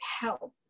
help